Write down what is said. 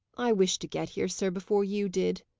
i wished to get here, sir, before you did,